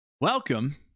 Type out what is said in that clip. welcome